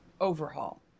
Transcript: overhaul